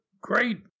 great